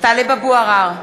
טלב אבו עראר,